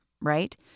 right